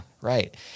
Right